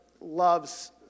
loves